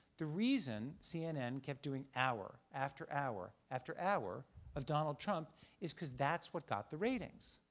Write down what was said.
the reason cnn kept doing hour after hour after hour of donald trump is because that's what got the ratings.